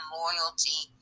loyalty